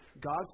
...God